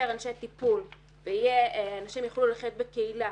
אנשי טיפול ואנשים יוכלו לחיות בקהילה,